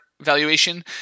valuation